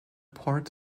port